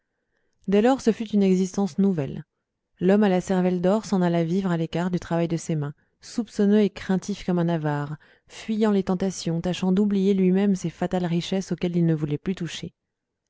dès lors ce fut une existence nouvelle l'homme à la cervelle d'or s'en alla vivre à l'écart du travail de ses mains soupçonneux et craintif comme un avare fuyant les tentations tâchant d'oublier lui-même ces fatales richesses auxquelles il ne voulait plus toucher